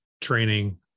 training